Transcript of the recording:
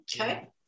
Okay